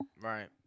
Right